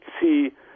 see